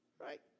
right